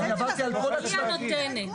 בסדר, היא הנותנת.